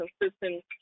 consistent